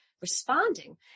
responding